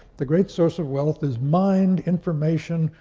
the great source of wealth is mind information,